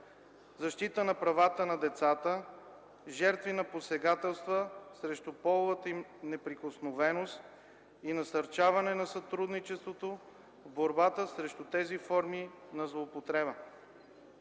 защита на правата на децата – жертви на посегателства срещу половата им неприкосновеност и насърчаване на сътрудничеството в борбата срещу тези форми на злоупотреба.